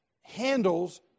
handles